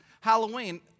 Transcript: Halloween